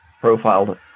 profiled